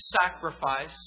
sacrifice